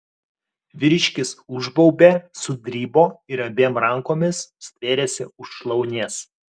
vyriškis užbaubė sudribo ir abiem rankomis stvėrėsi už šlaunies